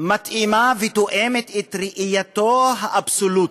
שמתאימה ותואמת את ראייתו האבסולוטית.